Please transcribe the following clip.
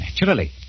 naturally